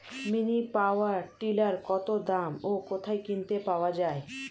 Mini power tiller কত দাম ও কোথায় কিনতে পাওয়া যায়?